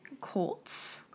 Colts